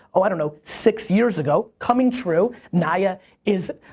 oh, i don't know, six years ago, coming true, nya is,